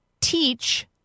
Teach